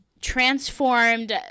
transformed